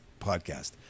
podcast